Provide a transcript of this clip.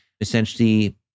essentially